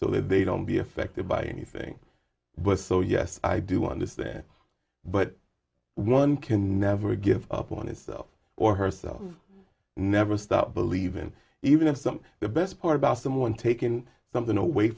so that they don't be affected by anything but so yes i do understand but one can never give up on his or her self never stop believin even if some the best part about someone taking something away